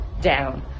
down